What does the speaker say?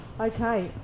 Okay